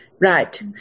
Right